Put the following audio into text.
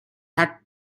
had